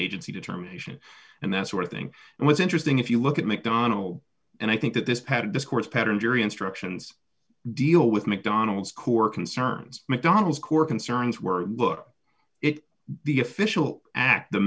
agency determination and that sort of thing was interesting if you look at mcdonald's and i think that this had discourse pattern jury instructions deal with mcdonald's core concerns mcdonald's core concerns were look it the official act the